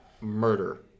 murder